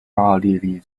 奥地利